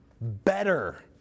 better